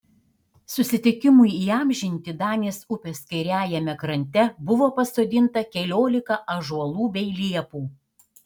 susitikimui įamžinti danės upės kairiajame krante buvo pasodinta keliolika ąžuolų bei liepų